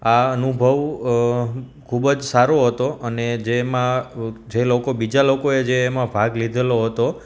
આ અનુભવ ખૂબ જ સારો અતો અને જેમાં જે લોકો બીજા લોકોએ જે એમાં ભાગ લીધેલો હતો